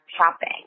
shopping